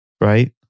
right